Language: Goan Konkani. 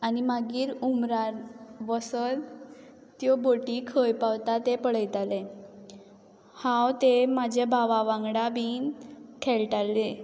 आनी मागीर हुमऱ्यार बसोन त्यो बोटी खंय पावता ते पळयतालें हांव ते म्हज्या भावा वांगडा बी खेळटालें